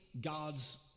God's